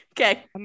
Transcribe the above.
Okay